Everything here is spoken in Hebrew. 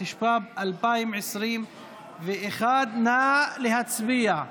התשפ"ב 2021. נא להצביע.